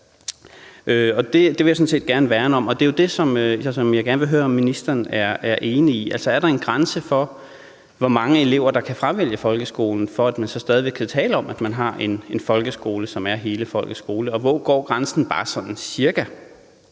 jeg sådan set gerne værne om, og det er jo det, som jeg gerne vil høre om ministeren er enig i. Altså, er der en grænse for, hvor mange elever der kan fravælge folkeskolen, for at man så stadig væk kan tale om, at man har en folkeskole, som er hele folkets skole? Og hvor går grænsen bare sådan